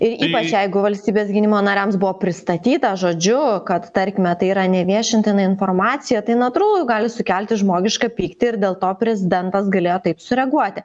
ir ypač jeigu valstybės gynimo nariams buvo pristatyta žodžiu kad tarkime tai yra neviešintina informacija tai natūralu gali sukelti žmogišką pyktį ir dėl to prezidentas galėjo taip sureaguoti